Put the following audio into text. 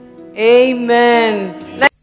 Amen